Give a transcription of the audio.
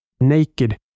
Naked